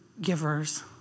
givers